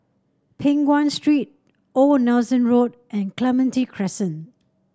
Peng Nguan Street Old Nelson Road and Clementi Crescent